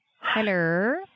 hello